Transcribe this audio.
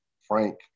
Frank